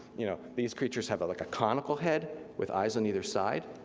you know these creatures have like a conical head with eyes on either side.